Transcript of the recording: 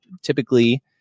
typically